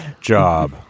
job